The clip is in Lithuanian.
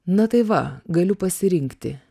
na tai va galiu pasirinkti